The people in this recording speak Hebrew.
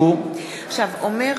בשמות חברי הכנסת)